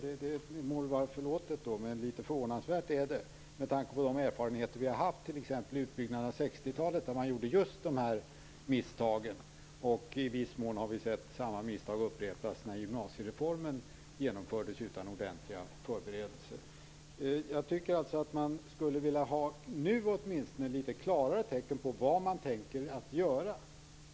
Det må vara förlåtet, men litet förvånansvärt är det med tanke på de erfarenheter vi har haft t.ex. från utbyggnaden på 60-talet. Då gjorde man just de här misstagen. I viss mån har vi sett samma misstag upprepas när gymnasiereformen genomfördes utan ordentliga förberedelser. Jag skulle vilja ha litet klarare tecken på vad man tänker göra.